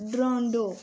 डरोनडो